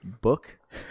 book